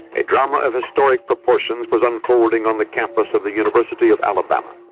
a drama of historic proportions was unfolding on the campus of the university of alabama.